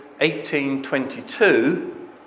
1822